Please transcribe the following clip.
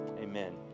amen